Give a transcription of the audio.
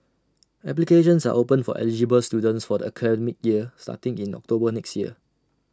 applications are open for eligible students for the academic year starting in October next year